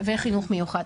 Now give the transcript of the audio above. וחינוך מיוחד,